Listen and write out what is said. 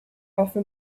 offer